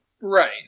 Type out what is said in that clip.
Right